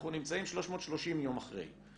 אנחנו נמצאים 330 יום אחרי.